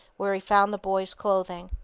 where he found the boys' clothing.